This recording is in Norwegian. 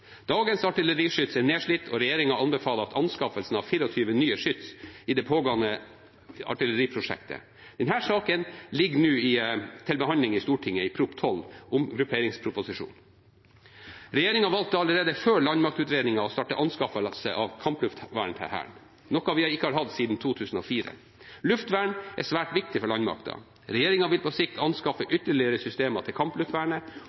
Dagens artilleriskyts er nedslitt, og regjeringen anbefaler anskaffelse av 24 nye skyts i det pågående artilleriprosjektet. Denne saken ligger nå til behandling i Stortinget i Prop. 12 S for 2017–2018, omgrupperingsproposisjonen. Regjeringen valgte allerede før landmaktutredningen å starte anskaffelse av kampluftvern til Hæren, noe vi ikke har hatt siden 2004. Luftvern er svært viktig for landmakten. Regjeringen vil på sikt anskaffe ytterligere systemer til kampluftvernet